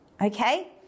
okay